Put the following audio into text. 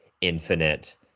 infinite